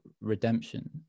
redemption